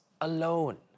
alone